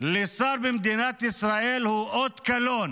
לשר במדינת ישראל הוא אות קלון